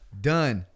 Done